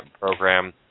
program